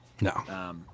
No